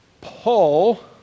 Paul